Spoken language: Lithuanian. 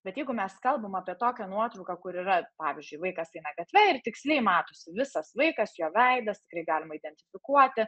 bet jeigu mes kalbam apie tokią nuotrauką kur yra pavyzdžiui vaikas eina gatve ir tiksliai matosi visas vaikas jo veidas kurį galima identifikuoti